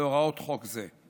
להוראות חוק זה.